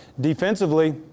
Defensively